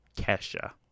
Kesha